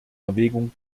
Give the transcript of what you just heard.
erwägung